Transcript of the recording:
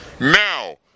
now